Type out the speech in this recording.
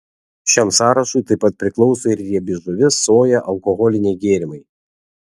šiam sąrašui taip pat priklauso ir riebi žuvis soja alkoholiniai gėrimai